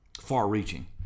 far-reaching